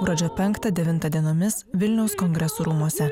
gruodžio penktą devintą dienomis vilniaus kongresų rūmuose